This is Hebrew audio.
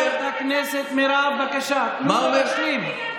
תנו לו להשלים.